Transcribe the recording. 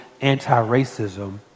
anti-racism